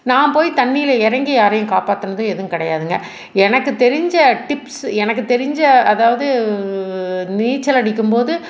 நான் போய் தண்ணியில் இறங்கி யாரையும் காப்பாற்றினது எதுவும் கிடையாதுங்க எனக்கு தெரிஞ்ச டிப்ஸு எனக்கு தெரிஞ்ச அதாவது நீச்சலடிக்கும் போது